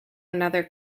another